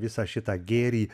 visą šitą gėrį